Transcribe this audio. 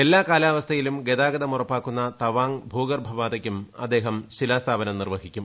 എല്ലാ കാലാവസ്ഥയിലും ഗതാഗതം ഉറപ്പാക്കുന്ന തവാങ് ഭൂഗർഭപാതയ്ക്കും അദ്ദേഹം ശിലാ സ്ഥാപനം നിർവ്വഹിക്കും